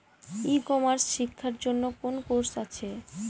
ই commerce শেক্ষার জন্য কোন কোর্স আছে?